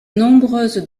nombreuses